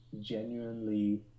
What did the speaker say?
genuinely